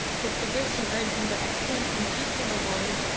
his devotion earned him the excellence in teaching award,